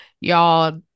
y'all